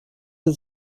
ist